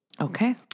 Okay